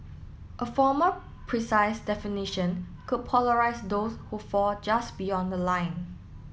a formal precise definition could polarise those who fall just beyond the line